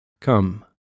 Come